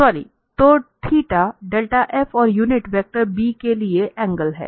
तो θ delta f और unit vector b के बीच एंगल है